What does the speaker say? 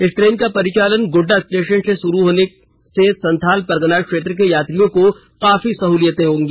इस ट्रेन का परिचालन गोड्डा स्टेशन से शुरू होने से संताल परगना क्षेत्र के यात्रियों को काफी सहूलियत होगी